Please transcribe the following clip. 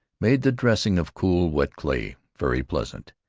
made the dressing of cool, wet clay very pleasant,